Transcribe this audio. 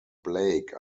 blake